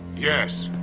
yes!